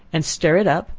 and stir it up,